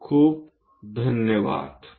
खूप खूप धन्यवाद